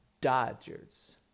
Dodgers